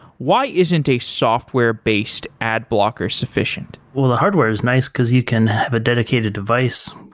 why isn't a software-based ad blocker sufficient? well, a hardware is nice because you can have a dedicated device,